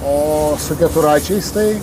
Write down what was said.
o su keturračiais tai